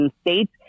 states